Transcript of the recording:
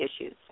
issues